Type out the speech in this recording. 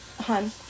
hun